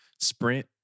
sprint